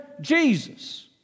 Jesus